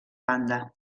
banda